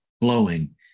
blowing